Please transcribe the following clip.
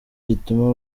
gituma